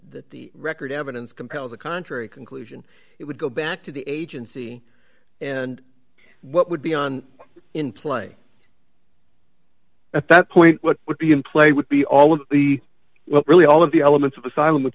the record evidence compels the contrary conclusion it would go back to the agency and what would be on in play at that point what would be in play would be all of the really all of the elements of